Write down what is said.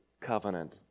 covenant